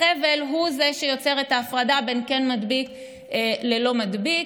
החבל הוא שיוצר את ההפרדה בין כן מדביק ללא מדביק.